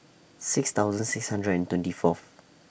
six thousand six hundred and twenty Fourth